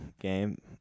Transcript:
game